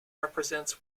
represents